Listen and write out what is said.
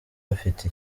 bafite